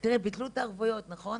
תראי, ביטלו את הערבויות, נכון?